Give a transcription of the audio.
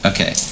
Okay